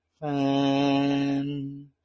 fan